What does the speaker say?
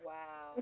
Wow